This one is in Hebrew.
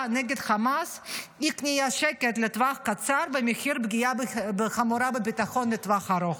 נגד חמאס זה קניית שקט לטווח קצר במחיר פגיעה חמורה בביטחון לטווח ארוך,